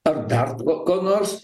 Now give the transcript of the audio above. ar dar ko ko nors